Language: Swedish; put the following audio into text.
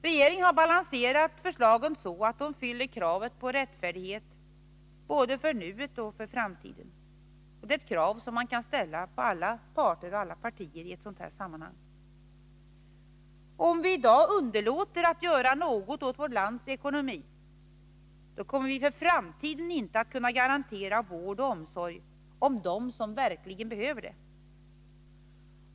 Regeringen har balanserat sina förslag så, att de fyller kravet på rättfärdighet både för nuet och för framtiden. Det kravet borde man kunna ställa på alla partier i ett sådant sammanhang. Om vi i dag underlåter att göra något åt vårt lands ekonomi, kommer vi för framtiden inte att kunna garantera vård och omsorg om dem som verkligen behöver det.